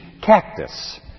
cactus